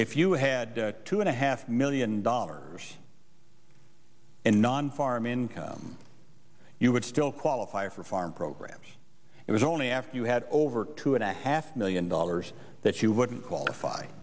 if you had two and a half million dollars in non farm income you would still qualify for farm programs it was only after you had over two and a half million dollars that you wouldn't qualify